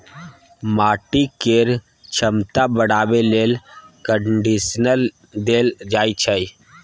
माटि केर छमता बढ़ाबे लेल कंडीशनर देल जाइ छै